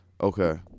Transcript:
Okay